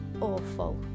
awful